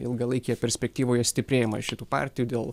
ilgalaikėje perspektyvoje stiprėjimą šitų partijų dėl